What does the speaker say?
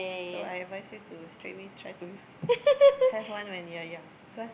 so I advise you to straightaway try to have one when you are young cause